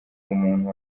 umuntu